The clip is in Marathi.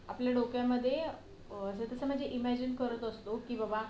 आपल्या डोक्यामध्ये अ तसं म्हणजे इमॅजिन करत असतो की बबा